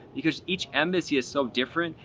because each embassy is so different.